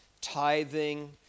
tithing